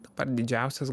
dabar didžiausias